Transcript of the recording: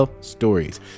stories